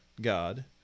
God